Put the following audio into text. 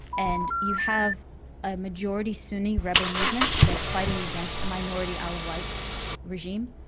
and you have a majority sunni rebel movement that's fighting against a minority alawite regime,